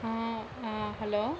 hello